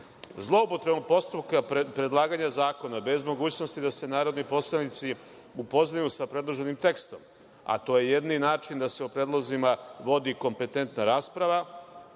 Zloupotrebom postupka predlaganja zakona, bez mogućnosti da se narodni poslanici upoznaju sa predloženim tekstom, a to je jedini način da se o predlozima vodi kompetentna rasprava,